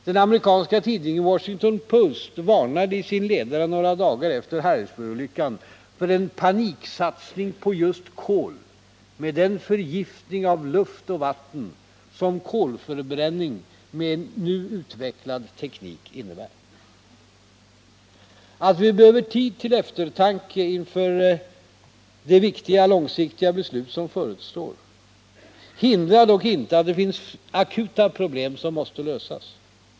Den amerikanska tidningen Washington Post varnade i sin ledare några dagar efter Harrisburgolyckan för en paniksatsning på just kol med den förgiftning av luft och vatten som kolförbränning med nu utvecklad teknik innebär. Att vi behöver tid till eftertanke inför det viktiga långsiktiga beslut som förestår hindrar dock inte att det finns akuta problem som måste lösas.